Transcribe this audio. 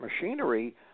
machinery